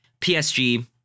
PSG